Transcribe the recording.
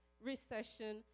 recession